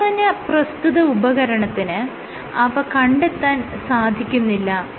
മാത്രമല്ല പ്രസ്തുത ഉപകരണത്തിന് അവ കണ്ടെത്താൻ സാധിക്കുന്നില്ല